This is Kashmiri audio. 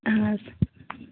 اَہن حظ